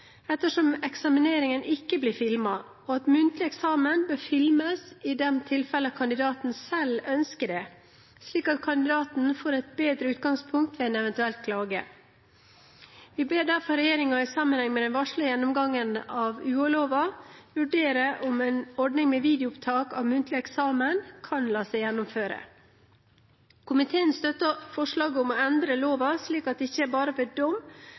ettersom eksamineringen ikke blir filmet, og at muntlig eksamen bør filmes i de tilfellene kandidaten selv ønsker det, slik at kandidaten får et bedre utgangspunkt ved en eventuell klage. Vi ber derfor regjeringen i sammenheng med den varslede gjennomgangen av UH-loven vurdere om en ordning med videoopptak av muntlig eksamen kan la seg gjennomføre. Komiteen støtter forslaget om å endre loven slik at det ikke bare er ved dom,